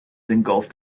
engulfed